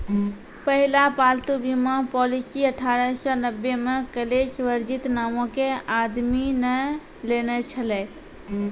पहिला पालतू बीमा पॉलिसी अठारह सौ नब्बे मे कलेस वर्जिन नामो के आदमी ने लेने छलै